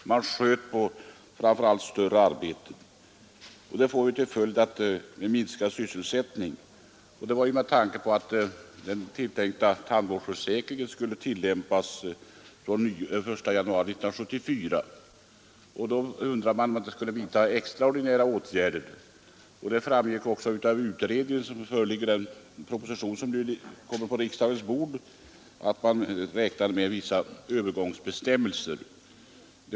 Framför allt större arbeten har skjutits på framtiden, och det får ju till följd minskad sysselsättning. Detta sker därför att den tilltänkta tandvårdsförsäkringen skall börja tillämpas från den 1 januari 1974. Då frågar man sig om det inte borde vidtas extraordinära åtgärder. Det framgår också av utredningen och av den proposition som nu kommer på riksdagens bord att man räknar med vissa övergångsbestämmelser.